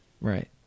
Right